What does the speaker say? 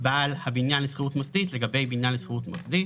בעל הבניין לשכירות מוסדית לגבי בניין לשכירות מוסדית",